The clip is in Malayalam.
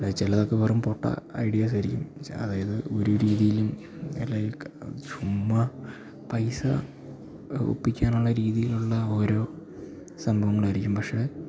അയ്ലേ ചെലതക്കെ വെറും പൊട്ട ഐഡ്യാസാരിക്കും അതായത് ഒര് രീതീലും ലൈക് ചുമ്മാ പൈസ ഒപ്പിക്കാനൊള്ള രീതീലൊള്ള ഓരോ സംഭവങ്ങളാരിക്കും പഷേ